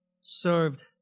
served